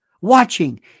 watching